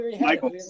Michael